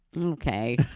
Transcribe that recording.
Okay